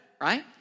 right